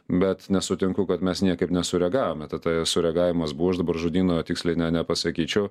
bet nesutinku kad mes niekaip nesureagavome ta ta sureagavimas buvo aš dabar žodyno tiksliai ne nepasakyčiau